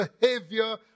behavior